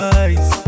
eyes